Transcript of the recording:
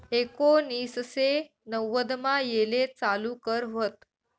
एकोनिससे नव्वदमा येले चालू कर व्हत